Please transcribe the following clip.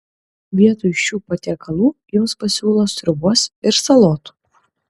vietoj šių patiekalų jums pasiūlo sriubos ir salotų